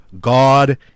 God